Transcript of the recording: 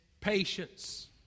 patience